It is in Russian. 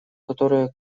которая